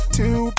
two